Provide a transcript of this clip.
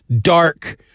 dark